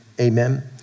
Amen